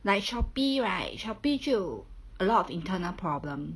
like Shopee right Shopee 就 a lot of internal problem